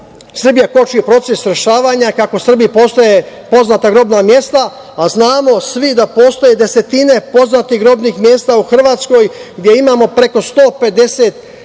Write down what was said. Srbija koči proces rešavanja, kako u Srbiji postoje poznata grobna mesta, a znamo svi da postoje desetine poznatih grobnih mesta u Hrvatskoj gde imamo preko 150 ubijenih